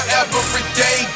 everyday